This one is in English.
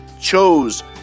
chose